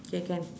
K can